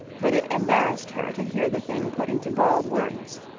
but it embarrassed her to hear the thing put into bald words.